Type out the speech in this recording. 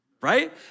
Right